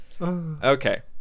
Okay